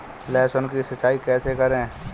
लहसुन की सिंचाई कैसे करें?